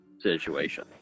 situation